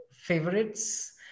favorites